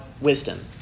wisdom